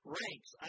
ranks